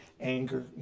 anger